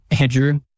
Andrew